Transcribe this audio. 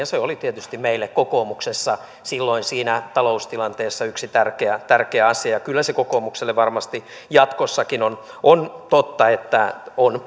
se oli tietysti meille kokoomuksessa silloin siinä taloustilanteessa yksi tärkeä asia ja kyllä se kokoomukselle varmasti jatkossakin on on totta että on